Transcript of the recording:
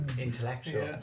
intellectual